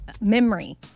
memory